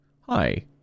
hi